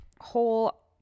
whole